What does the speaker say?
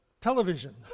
television